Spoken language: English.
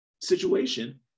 situation